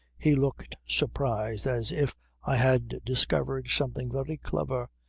he looked surprised as if i had discovered something very clever.